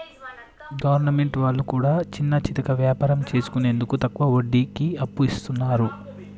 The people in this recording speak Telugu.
గవర్నమెంట్ వాళ్లు కూడా చిన్నాచితక వ్యాపారం చేసుకునేందుకు తక్కువ వడ్డీకి అప్పు ఇస్తున్నరు